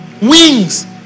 Wings